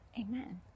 Amen